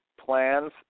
plans